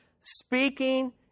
speaking